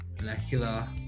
molecular